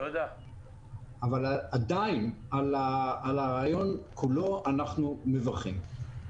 אבל עדיין על הרעיון כולו אנחנו מברכים.